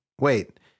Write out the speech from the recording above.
Wait